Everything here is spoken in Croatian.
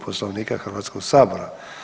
Poslovnika Hrvatskog sabora.